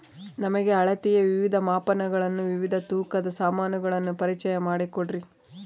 ನಮಗೆ ಅಳತೆಯ ವಿವಿಧ ಮಾಪನಗಳನ್ನು ವಿವಿಧ ತೂಕದ ಸಾಮಾನುಗಳನ್ನು ಪರಿಚಯ ಮಾಡಿಕೊಡ್ರಿ?